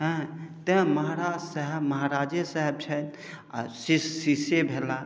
अँइ तेँ महाराज साहेब महाराजे साहेब छथि आओर श्रेष्ठसँ भेलाह